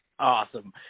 Awesome